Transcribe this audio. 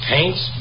Paints